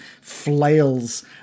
flails